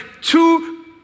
two